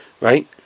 right